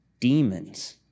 demons